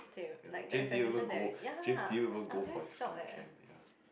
you know Jeff didn't even go Jeff didn't even go for his freaking camp